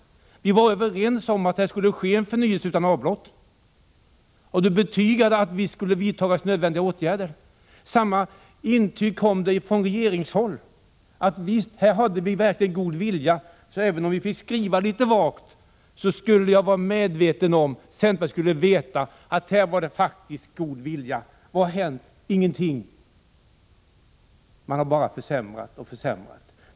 Vi var överens om att det skulle ske en förnyelse utan avbrott, och Lennart Pettersson betygade att det visst skulle vidtas nödiga åtgärder. Samma intyg kom från regeringshåll: även om vi fick skriva litet vagt så skulle centern och jag vara medvetna om att här fanns god vilja. Vad har hänt? Ingenting! Man har bara försämrat och försämrat.